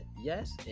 Yes